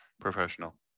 professional